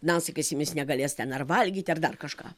na sakysim jis negalės ten ar valgyti ar dar kažką